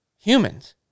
humans